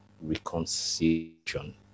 reconciliation